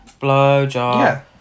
blowjob